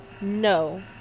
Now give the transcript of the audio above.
no